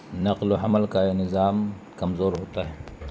نقل و حمل کا یہ نظام کمزور ہوتا ہے